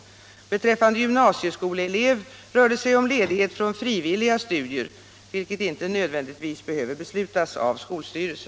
Beträffande gymnasieskoleelev rör det sig om ledighet från frivilliga studier, vilket inte nödvändigtvis behöver beslutas av skolstyrelse.